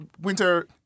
Winter